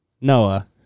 Noah